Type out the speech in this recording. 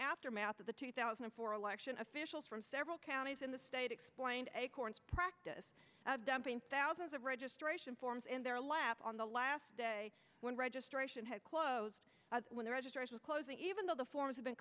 aftermath of the two thousand and four election officials from several counties in the state explained acorn's practice of dumping thousands of registration forms in their laps on the last day when registration had closed when the registration is closing even though the forms have been